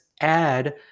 add